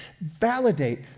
Validate